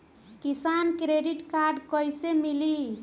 किसान credit card कइसे मिली?